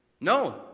No